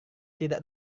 tidak